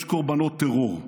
יש קורבנות טרור.